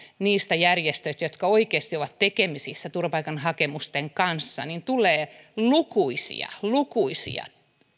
niiltä järjestöiltä jotka oikeasti ovat tekemisissä turvapaikkahakemusten kanssa lukuisia lukuisia